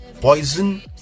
poison